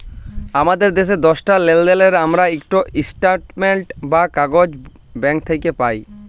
আমাদের শেষ দশটা লেলদেলের আমরা ইকট ইস্ট্যাটমেল্ট বা কাগইজ ব্যাংক থ্যাইকে প্যাইতে পারি